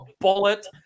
bullet